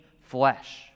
flesh